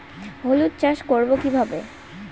হলুদ চাষ করব কিভাবে?